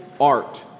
art